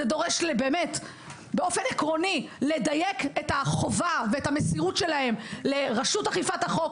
ובאופן עקרוני לדייק את חובתם ומסירותם לרשות אכיפת החוק,